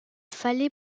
fallait